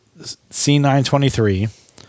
c923